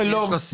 הערה לסעיף.